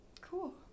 Cool